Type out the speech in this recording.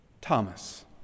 Thomas